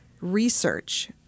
research